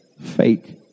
fake